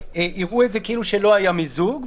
יראו את זה כאילו שלא היה מיזוג,